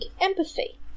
empathy